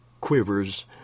quivers